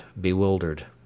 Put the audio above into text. bewildered